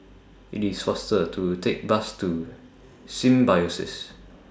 IT IS faster to Take The Bus to Symbiosis